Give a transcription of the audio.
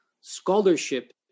scholarship